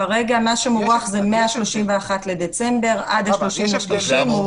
כרגע מה שמוארך זה מה-31 בדצמבר עד ה-30 במרץ.